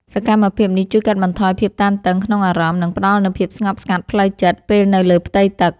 សកម្មភាពនេះជួយកាត់បន្ថយភាពតានតឹងក្នុងអារម្មណ៍ និងផ្ដល់នូវភាពស្ងប់ស្ងាត់ផ្លូវចិត្ត ពេលនៅលើផ្ទៃទឹក។